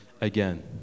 again